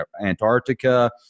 Antarctica